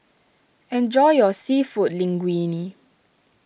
enjoy your Seafood Linguine